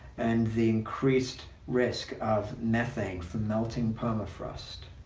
and the increased risk of methane from melting permafrost.